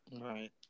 Right